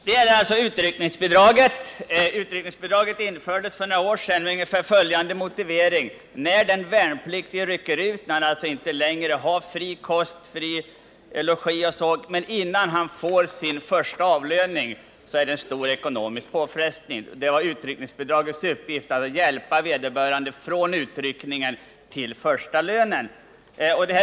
Det gäller utryckningsbidraget, som infördes för några år sedan med ungefär följande motivering: När den värnpliktige rycker ut och alltså inte längre har fri kost och fritt logi, blir det en stor ekonomisk påfrestning för honom innan han får sin första avlöning.